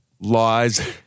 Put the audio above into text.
lies